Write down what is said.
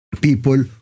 people